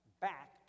back